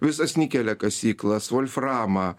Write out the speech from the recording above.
visas nikelia kasyklas volframą